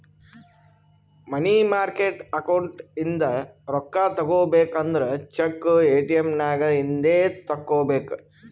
ಮನಿ market account ಇಂದ ರೊಕ್ಕಾ ತಗೋಬೇಕು ಅಂದುರ್ ಚೆಕ್, ಎ.ಟಿ.ಎಮ್ ನಾಗ್ ಇಂದೆ ತೆಕ್ಕೋಬೇಕ್